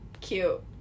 cute